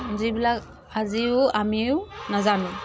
যিবিলাক আজিও আমিও নাজানো